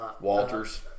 Walters